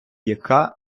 яка